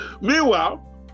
Meanwhile